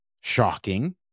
shocking